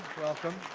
welcome.